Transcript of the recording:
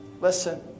listen